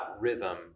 rhythm